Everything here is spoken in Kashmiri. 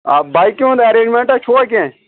آ بایکہِ ہُنٛد ایرینجمینٹا چھُوا کیٚنٛہہ